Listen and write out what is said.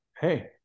hey